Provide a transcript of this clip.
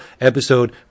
episode